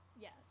yes